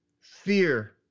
Fear